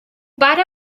pare